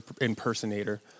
impersonator